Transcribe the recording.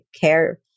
care